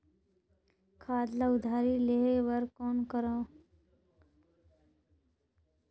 खाद ल उधारी लेहे बर कौन करव?